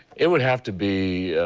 it would have to be